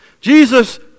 Jesus